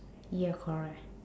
ya correct